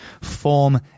form